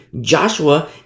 Joshua